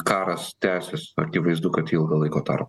karas tęsis akivaizdu kad ilgą laiko tarpą